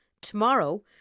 Tomorrow